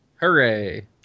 Hooray